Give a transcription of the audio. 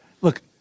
Look